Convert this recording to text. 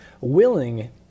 willing